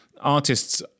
artists